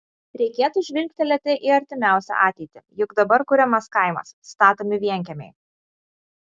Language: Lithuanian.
reikėtų žvilgtelėti į artimiausią ateitį juk dabar kuriamas kaimas statomi vienkiemiai